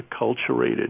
acculturated